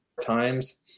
times